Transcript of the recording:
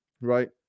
Right